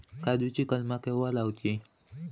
काजुची कलमा केव्हा लावची?